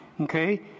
Okay